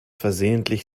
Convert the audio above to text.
versehentlich